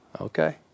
okay